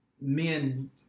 men